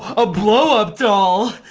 a blow-up doll.